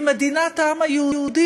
והיא מדינת העם היהודי,